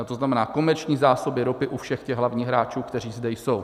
To znamená, komerční zásoby ropy u všech těch hlavních hráčů, kteří zde jsou.